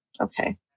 okay